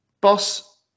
boss